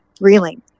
reeling